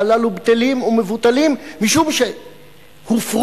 והללו בטלים ומבוטלים משום שהופרו